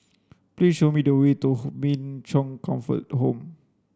please show me the way to Min Chong Comfort Home